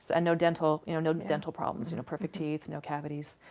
and no dental you know no dental problems, you know perfect teeth, no cavities.